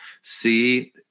see